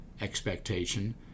expectation